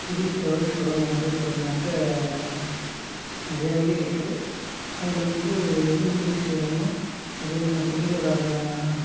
புதிய தொழில் தொடங்கும் முறை பார்த்திங்னாக்க நிறைய வழி இருக்குது அதில் வந்து எந்தத் தொழில் செய்கிறோமோ மொதலில் அந்தத் தொழிலோடு அந்த